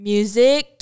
Music